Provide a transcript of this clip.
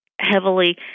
heavily